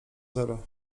zero